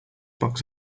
box